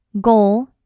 goal